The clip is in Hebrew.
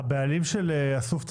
מי הבעלים של אסופתא?